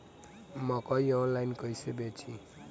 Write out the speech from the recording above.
मकई आनलाइन कइसे बेची?